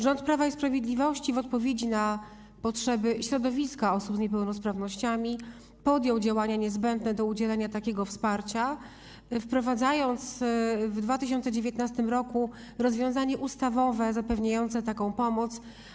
Rząd Prawa i Sprawiedliwości w odpowiedzi na potrzeby środowiska osób z niepełnosprawnościami podjął niezbędne działanie do udzielenia takiego wsparcia, wprowadzając w 2019 r. rozwiązanie ustawowe zapewniające taką pomoc.